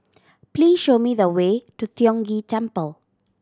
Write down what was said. please show me the way to Tiong Ghee Temple